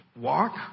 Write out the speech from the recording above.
Walk